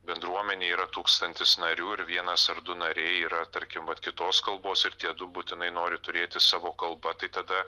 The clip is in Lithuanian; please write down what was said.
bendruomenėje yra tūkstantis narių ir vienas ar du nariai yra tarkim vat kitos kalbos ir tiedu būtinai nori turėti savo kalba tai tada